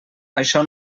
això